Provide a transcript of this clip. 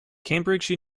cambridge